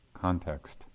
context